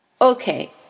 Okay